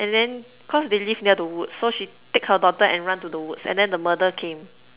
and then cause they live near the woods so she take her daughter and run to the woods and then the murderer came